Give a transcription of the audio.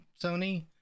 Sony